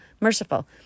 merciful